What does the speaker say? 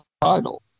title